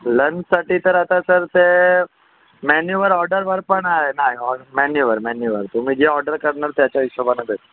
लंचसाठी तर आता सर ते मॅन्यूवर ऑर्डरवर पण आहे नाही ऑन मॅन्यूवर मॅन्यूवर तुम्ही जे ऑर्डर करणार त्याच्या हिशोबानं देतो